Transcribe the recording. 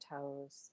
toes